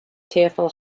tearful